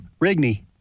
Rigney